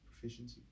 proficiency